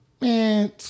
Man